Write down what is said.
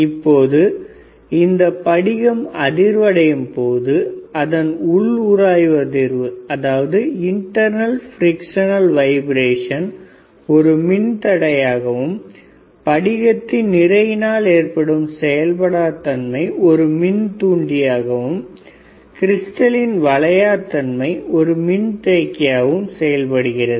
இப்பொழுது இந்த படிகம் அதிர்வடையும் பொழுது அதன் உள் உராய்வு அதிர்வு ஒரு மின் தடையாகவும் படிகத்தின் நிறையினால் ஏற்படும் செயல்படா தன்மை ஒரு மின் தூண்டியாகவும் க்ரிஸ்டலின் வளையாதன்மை ஒரு மின்தேக்கியாகவும் செயல்படுகிறது